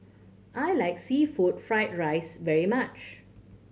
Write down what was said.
I like seafood fried rice very much